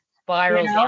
Spirals